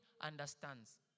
understands